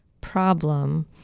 problem